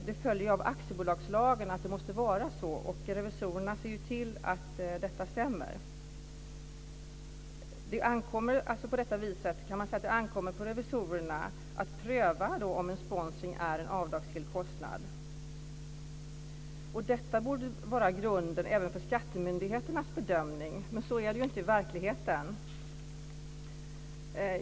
Det följer av aktiebolagslagen att det måste vara så, och revisorerna ser till att detta stämmer. På detta vis kan man säga att det ankommer på revisorerna att pröva om en sponsring är en avdragsgill kostnad. Detta borde vara grunden även för skattemyndigheternas bedömning, men så är det inte i verkligheten.